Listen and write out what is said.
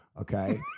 okay